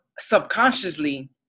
subconsciously